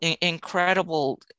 incredible